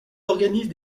organisent